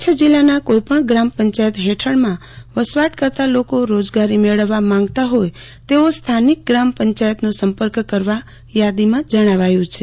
કચ્છ જીલ્લાના કોઇપણ ગ્રામપં ચાયત હેઠળ વસવાટ કરતાં લોકો રોજગારી મેળવવા માગતા હોય તેઓ સ્થાનિક ગ્રામપંચાયતનો સંપર્ક કરવા તાદીમાં જણાવાતું હતું